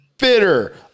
bitter